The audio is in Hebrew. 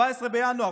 14 בינואר,